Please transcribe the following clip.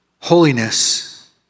Holiness